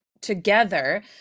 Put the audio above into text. together